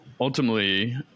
ultimately